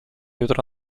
jutro